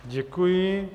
Děkuji.